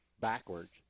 backwards